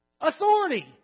authority